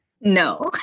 No